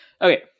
Okay